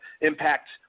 Impact